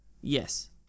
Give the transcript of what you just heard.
Yes